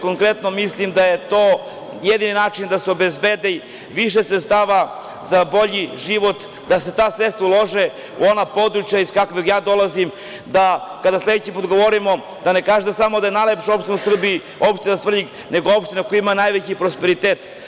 Konkretno mislim da je to jedini način da se obezbede više sredstava za bolji život, da se ta sredstva ulože u ona područja iz kojih ja dolazim, da kada sledeći put govorimo, da ne kažete samo da najlepša opština u Srbiji opština Svrljig, nego opština koja ima najveći prosperitet.